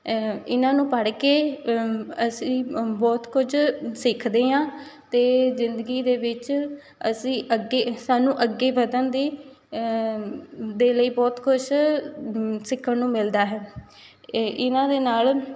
ਇਹਨਾਂ ਨੂੰ ਪੜ੍ਹ ਕੇ ਅਸੀਂ ਬਹੁਤ ਕੁਝ ਸਿੱਖਦੇ ਹਾਂ ਅਤੇ ਜ਼ਿੰਦਗੀ ਦੇ ਵਿੱਚ ਅਸੀਂ ਅੱਗੇ ਸਾਨੂੰ ਅੱਗੇ ਵਧਣ ਦੀ ਦੇ ਲਈ ਬਹੁਤ ਕੁਛ ਸਿੱਖਣ ਨੂੰ ਮਿਲਦਾ ਹੈ ਇਹ ਇਹਨਾਂ ਦੇ ਨਾਲ